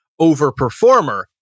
overperformer